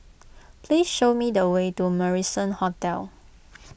please show me the way to Marrison Hotel